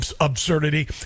absurdity